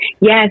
yes